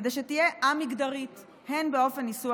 כדי שתהיה א-מגדרית הן באופן ניסוח